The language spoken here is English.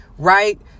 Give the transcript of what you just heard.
Right